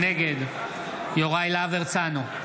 נגד יוראי להב הרצנו,